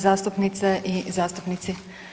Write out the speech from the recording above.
zastupnice i zastupnici.